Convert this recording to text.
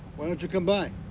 why don't you come by?